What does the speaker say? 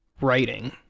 writing